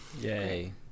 Yay